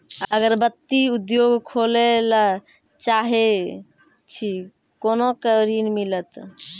अगरबत्ती उद्योग खोले ला चाहे छी कोना के ऋण मिलत?